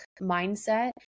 mindset